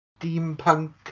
steampunk